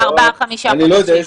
אני לא יודע,